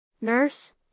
Nurse